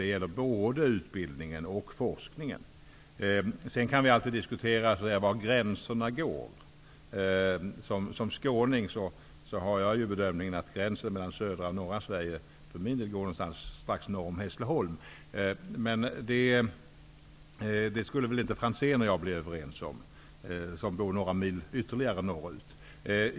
Det gäller både utbildningen och forskningen. Sedan kan vi alltid diskutera var gränserna går. Som skåning gör jag bedömningen att gränsen mellan södra och norra Sverige går någonstans strax norr om Hässleholm. Men det kan nog Jan-Olof Franzén, som bor ytterligare några mil norrut, och jag inte bli överens om.